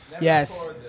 Yes